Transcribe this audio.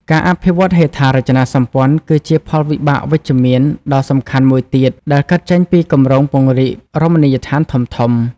ការអភិវឌ្ឍហេដ្ឋារចនាសម្ព័ន្ធ គឺជាផលវិបាកវិជ្ជមានដ៏សំខាន់មួយទៀត ដែលកើតចេញពីគម្រោងពង្រីករមណីយដ្ឋានធំៗ។